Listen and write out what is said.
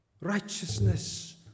righteousness